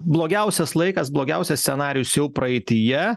blogiausias laikas blogiausias scenarijus jau praeityje